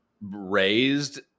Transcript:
raised